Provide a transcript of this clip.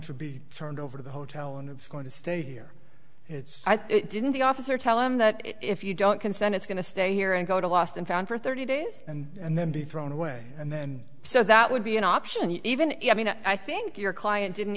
to be turned over to the hotel and it's going to stay here it's didn't the officer tell him that if you don't consent it's going to stay here and go to lost and found for thirty days and then be thrown away and then so that would be an option even if you know i think your client didn't